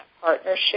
partnership